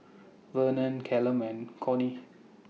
Vernon Callum Corrie